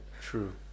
true